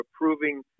approving